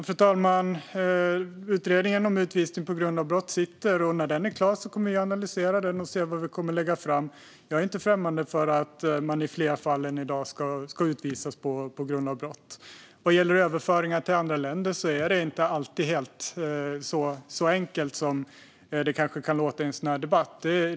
Fru talman! Utredningen om utvisning på grund av brott arbetar med detta, och när den är klar kommer vi att analysera resultatet och se vad vi ska lägga fram. Jag är inte främmande för att man i fler fall än i dag ska utvisas på grund av brott. Vad gäller överföringar till andra länder är det inte alltid så enkelt som det kanske kan låta i en sådan här debatt.